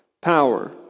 power